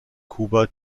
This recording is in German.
kuba